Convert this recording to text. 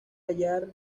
hallar